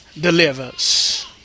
delivers